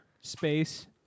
space